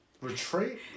Retreat